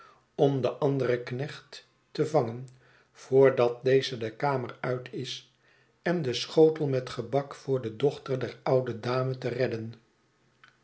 om den anderen knecht te vangen voordat deze dekameruit is en denschotel met gebak voor de dochter der oude dame te redden